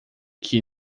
que